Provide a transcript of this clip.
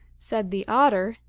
said the otter,